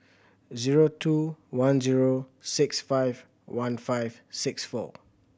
zero two one zero six five one five six four